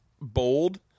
bold